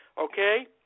okay